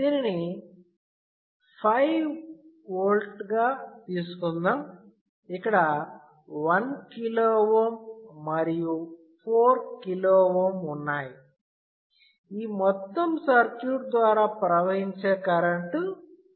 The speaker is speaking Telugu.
దీనిని 5V గా తీసుకుందాం ఇక్కడ 1KΩ మరియు 4KΩ ఉన్నాయి ఈ మొత్తం సర్క్యూట్ ద్వారా ప్రవహించే కరెంట్ 1mA